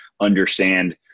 understand